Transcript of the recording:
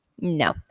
no